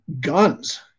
guns